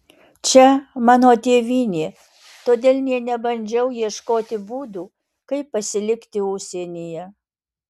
čia mano tėvynė todėl nė nebandžiau ieškoti būdų kaip pasilikti užsienyje